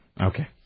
Okay